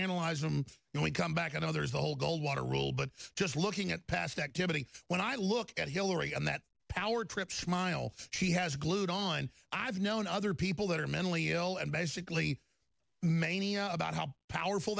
psychoanalyze them and we come back and others the whole goldwater rule but just looking at past activity when i look at hillary on that power trip smile she has glued on i've known other people that are mentally ill and basically mania about how powerful